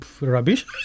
rubbish